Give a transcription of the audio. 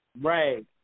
Right